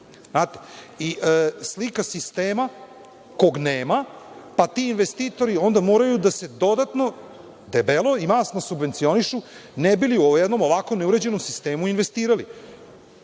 i slika sistema kog nema, pa ti investitori onda moraju da se dodatno, debelo i masno, subvencionišu ne bi li u jednom ovako neuređenom sistemu investirali.